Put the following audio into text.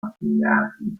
assegnati